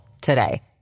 today